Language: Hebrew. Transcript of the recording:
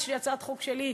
יש לי הצעת חוק שלי,